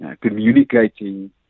communicating